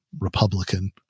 Republican